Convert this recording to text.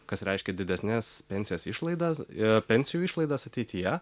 kas reiškia didesnes pensijas išlaidas pensijų išlaidas ateityje